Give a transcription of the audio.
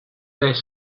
this